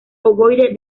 ovoide